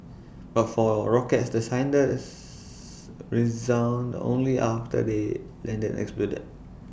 but for rockets the sirens only after they landed and exploded